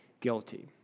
guilty